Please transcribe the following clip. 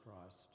Christ